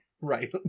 Right